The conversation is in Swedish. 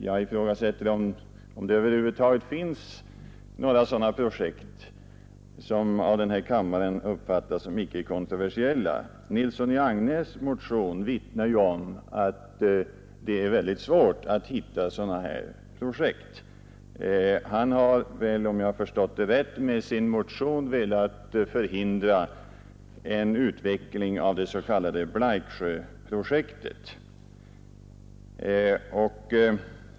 Jag ifrågasätter, om det över huvud taget finns sådana projekt som av den här kammaren uppfattas som icke kontroversiella. Herr Nilssons i Agnäs motion vittnar ju om att det är väldigt svårt att hitta sådana projekt. Han har, om jag har förstått det rätt, med sin motion velat förhindra en utveckling av det s.k. Blaiksjöprojektet.